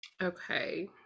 Okay